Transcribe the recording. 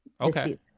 Okay